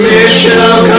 Michelle